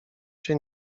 się